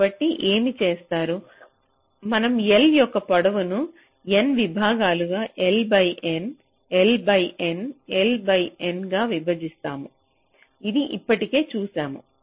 కాబట్టి ఏమి చేస్తారు మనం L యొక్క పొడవును N విభాగాలుగా L by N L by N L by N గా విభజిస్తాము ఇది ఇప్పటికే చూశాము